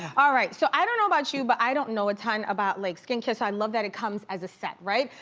all right, so i don't know about you, but i don't know a ton about like skincare. so i love that it comes as a set, right?